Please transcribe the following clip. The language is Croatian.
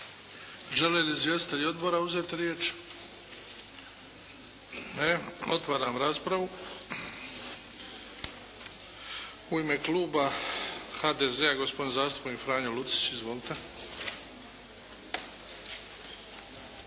Žele li izvjestitelji odbora uzeti riječ? Ne. Otvaram raspravu. U ime kluba HDZ-a gospodin zastupnik Franjo Lucić. Izvolite.